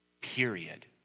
period